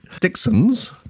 Dixon's